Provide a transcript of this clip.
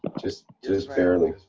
just, just barely.